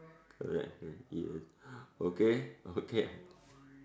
correct correct yes okay okay